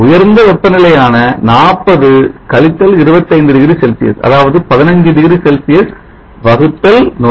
உயர்ந்த வெப்ப நிலையான 40 கழித்தல் 25 டிகிரி செல்சியஸ் அதாவது 15 டிகிரி செல்சியஸ் வகுத்தல் 100